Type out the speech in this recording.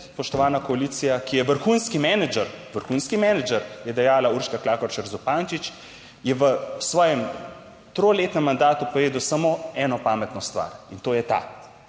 spoštovana koalicija, ki je vrhunski menedžer, vrhunski menedžer, je dejala Urška Klakočar Zupančič, je v svojem triletnem mandatu povedal samo eno pametno stvar, in to je ta,